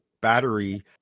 battery